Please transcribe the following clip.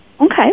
Okay